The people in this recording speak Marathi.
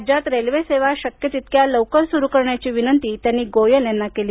राज्यात रेल्वे सेवा शक्य तितक्या लवकर सुरु करण्याची विनंती त्यांनी गोयल यांना केली